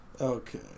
Okay